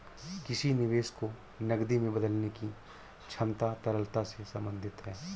किसी निवेश को नकदी में बदलने की क्षमता तरलता से संबंधित है